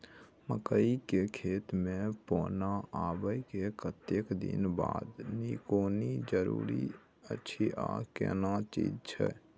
मकई के खेत मे पौना आबय के कतेक दिन बाद निकौनी जरूरी अछि आ केना चीज से?